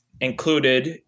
included